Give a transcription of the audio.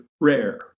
rare